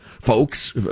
folks